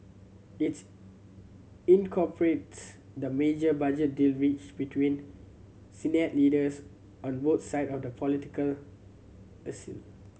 its incorporates the major budget deal reached between leaders on both side of the political